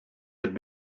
had